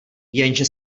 jenže